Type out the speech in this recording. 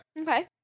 Okay